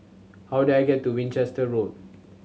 how do I get to Winchester Road